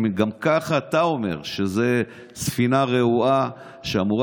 שגם כך אתה אומר שזו ספינה רעועה שאמורה